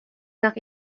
nach